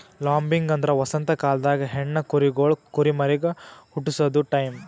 lambing ಅಂದ್ರ ವಸಂತ ಕಾಲ್ದಾಗ ಹೆಣ್ಣ ಕುರಿಗೊಳ್ ಕುರಿಮರಿಗ್ ಹುಟಸದು ಟೈಂ